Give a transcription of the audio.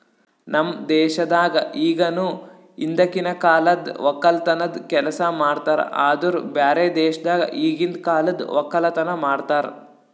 ನಮ್ ದೇಶದಾಗ್ ಇಗನು ಹಿಂದಕಿನ ಕಾಲದ್ ಒಕ್ಕಲತನದ್ ಕೆಲಸ ಮಾಡ್ತಾರ್ ಆದುರ್ ಬ್ಯಾರೆ ದೇಶದಾಗ್ ಈಗಿಂದ್ ಕಾಲದ್ ಒಕ್ಕಲತನ ಮಾಡ್ತಾರ್